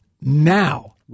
now